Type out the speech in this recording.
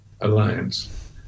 alliance